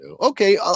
okay